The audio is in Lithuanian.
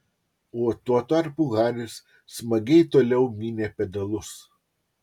o tuo tarpu haris smagiai toliau mynė pedalus